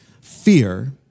fear